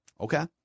Okay